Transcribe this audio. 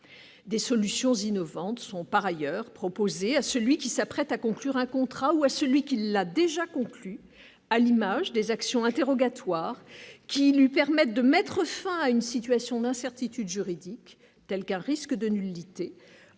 des solutions innovantes sont par ailleurs proposés à celui qui s'apprête à conclure un contrat ou à celui qui l'a déjà conclu à l'image des actions interrogatoire qui lui permettent de mettre fin à une situation d'incertitude juridique tels qu'un risque de nullité